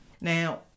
Now